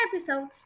episodes